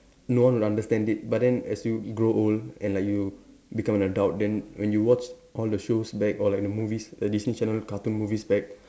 no one would understand it but then as you grow old and like you become an adult then when you watch all the shows back or like the movies the Disney channel cartoons movies back